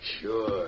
Sure